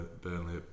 Burnley